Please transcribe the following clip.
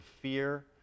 fear